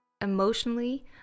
emotionally